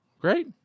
Great